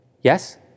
yes